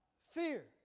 fear